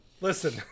Listen